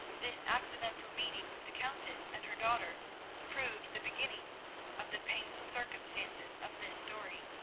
this accidental meeting with the countess and her daughter proved the beginning of the painful circumstances of this story.